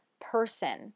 person